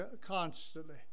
constantly